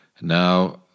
Now